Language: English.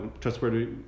trustworthy